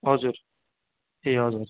हजुर ए हजुर